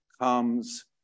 comes